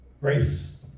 grace